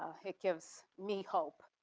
ah it gives me hope.